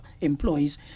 employees